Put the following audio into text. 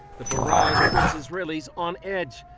the barage puts israelis on edge.